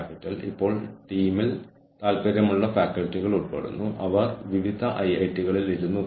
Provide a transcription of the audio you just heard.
കൂടുതൽ സഹിഷ്ണുത പുലർത്തുകയും അവ്യക്തതയിലേക്ക് തുറക്കുകയും ചെയ്യുന്ന മറ്റ് ആളുകൾ ഉണ്ട്